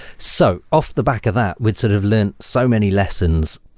so off the back of that we'd sort of learned so many lessons,